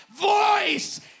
voice